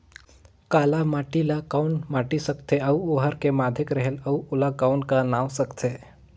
काला माटी ला कौन माटी सकथे अउ ओहार के माधेक रेहेल अउ ओला कौन का नाव सकथे?